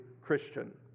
Christian